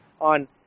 on